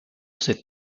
ses